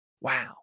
Wow